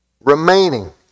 Remaining